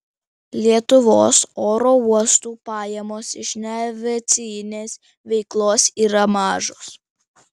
lietuvos oro uostų pajamos iš neaviacinės veiklos yra mažos